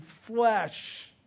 flesh